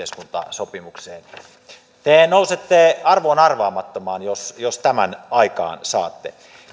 halu yhteiskuntasopimukseen te nousette arvoon arvaamattomaan jos jos tämän aikaansaatte